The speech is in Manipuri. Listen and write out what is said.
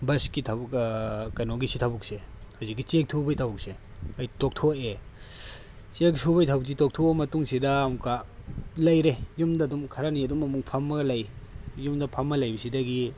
ꯕꯁꯀꯤ ꯊꯕꯛ ꯀꯩꯅꯣꯒꯤꯁꯤ ꯊꯕꯛꯁꯤ ꯍꯧꯖꯤꯛꯀꯤ ꯆꯦꯛ ꯁꯨꯕꯒꯤ ꯊꯕꯛꯁꯦ ꯑꯩ ꯇꯣꯛꯊꯣꯛꯑꯦ ꯆꯦꯛ ꯁꯨꯕꯒꯤ ꯊꯕꯛꯁꯦ ꯇꯣꯛꯊꯣꯛꯑꯕ ꯃꯇꯨꯡꯁꯤꯗ ꯑꯃꯨꯛꯀ ꯂꯩꯔꯦ ꯌꯨꯝꯗ ꯑꯗꯨꯝ ꯈꯔꯅꯤ ꯑꯗꯨꯝ ꯑꯃꯨꯛ ꯐꯝꯃꯒ ꯂꯩ ꯌꯨꯝꯗ ꯐꯝꯃ ꯂꯩꯕꯁꯤꯗꯒꯤ